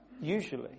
usually